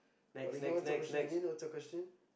but again what's your question again what's your question